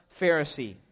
Pharisee